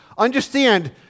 Understand